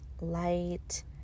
light